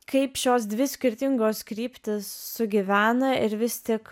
kaip šios dvi skirtingos kryptys sugyvena ir vis tik